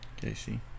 Casey